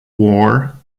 war